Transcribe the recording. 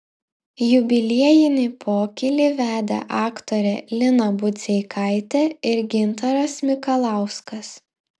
jubiliejinį pokylį vedė aktorė lina budzeikaitė ir gintaras mikalauskas